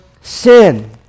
sin